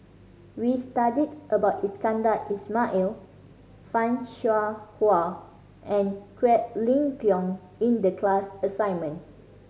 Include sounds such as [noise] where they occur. we studied about Iskandar Ismail [unintelligible] Fan Shao Hua and Quek Ling Kiong in the class assignment